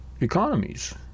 economies